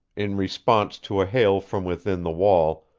in response to a hail from within the wall,